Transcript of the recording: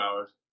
hours